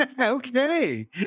Okay